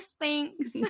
Thanks